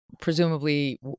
presumably